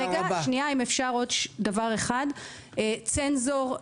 עוד דבר אחד לגבי הצנזור,